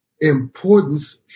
Importance